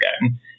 again